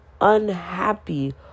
unhappy